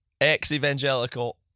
Ex-evangelical